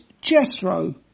Jethro